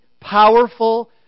powerful